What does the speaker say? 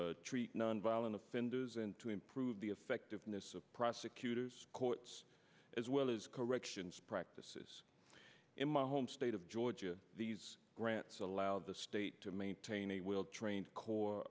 treat nonviolent offenders and to improve the effectiveness of prosecutors courts as well as corrections practices in my home state of georgia these grants allow the state to maintain a will train core